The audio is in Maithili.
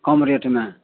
कम रेटमे